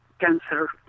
cancer